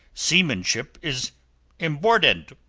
seamanship is imbordand.